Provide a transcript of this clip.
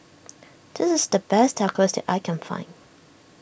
this is the best Tacos that I can find